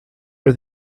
are